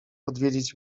odwiedzić